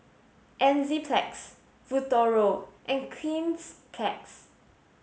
Enzyplex Futuro and Cleanz plus